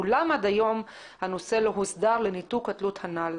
אולם עד היום הנושא לא הוסדר לניתוק התלות הנ"ל.